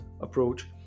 approach